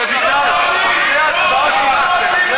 רויטל, אחרי ההצבעה שהוא יתנצל.